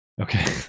Okay